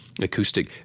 acoustic